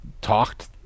talked